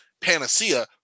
panacea